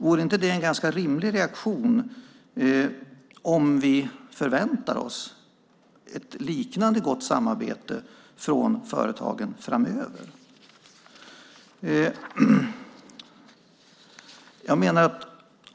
Vore inte det en ganska rimlig reaktion om vi förväntar oss ett liknande gott samarbete med företagen framöver?